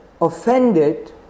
offended